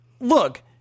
Look